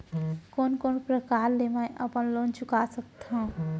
कोन कोन प्रकार ले मैं अपन लोन चुका सकत हँव?